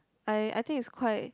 I I think is quite